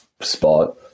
spot